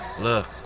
look